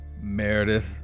Meredith